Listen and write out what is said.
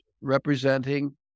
representing